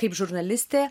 kaip žurnalistė